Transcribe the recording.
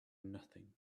nothing